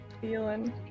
feeling